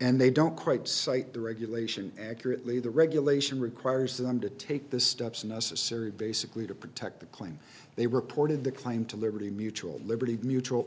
and they don't quite cite the regulation accurately the regulation requires them to take the steps necessary basically to protect the claim they reported the claim to liberty mutual liberty mutual